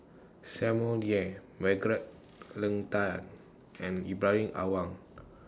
Samuel Dyer Margaret Leng Tan and Ibrahim Awang